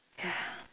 ya